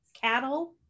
cattle